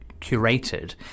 curated